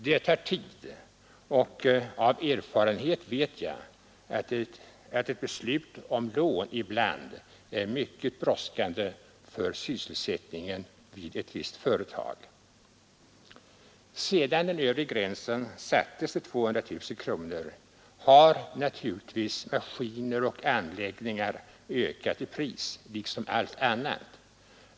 Det tar tid, och av erfarenhet vet jag att ett beslut om lån ibland är mycket brådskande för Sedan den övre gränsen sattes till 200 000 kronor har naturligtvis maskiner och anläggningar ökat i pris liksom allt annat.